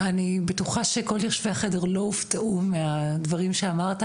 אני בטוחה שכל יושבי החדר לא הופתעו מהדברים שאמרת,